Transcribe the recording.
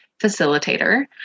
facilitator